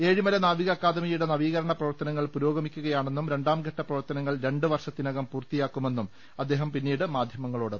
ഏഴിമല നാവിക അക്കാഡമിയുടെ നവീകരണ പ്രവർത്തനങ്ങൾ പുരോഗമിക്കുകയാണെന്നും രണ്ടാം ഘട്ട പ്രപ്രവർത്തന്ങൾ രണ്ട് വർഷത്തിനകം പൂർത്തിയാകുമെന്ന് അദ്ദേഹം പിന്നീട് മാധ്യമങ്ങളോട് പറഞ്ഞു